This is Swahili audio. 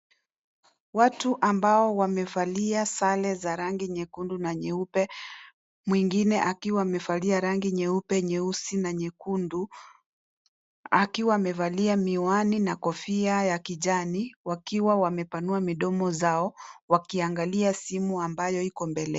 Watu ambao wamevalia sare za rangi nyekundu na nyeupe. Mwingine akiwa amevalia rangi nyeupe, nyeusi na nyekundu. Akiwa amevalia miwani na kofia ya kijani. Wakiwa wamepanua midomo zao, wakiangalia simu ambayo iko mbele.